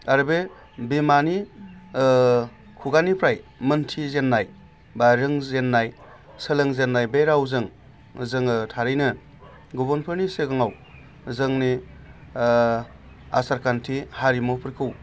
आरो बे बिमानि खुगानिफ्राय मोनथिजेननाय बा रोंजेननाय सोलोंजेननाय बे रावजों जोङो थारैनो गुबुनफोरनि सिगाङाव जोंनि आसारखान्थि हारिमुफोरखौ